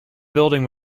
building